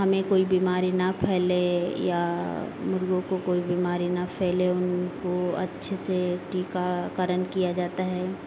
हमें कोई बिमारी ना फैलें या मुर्गों को कोई बिमारी ना फैलें उनको अच्छे से टीकाकरण किया जाता है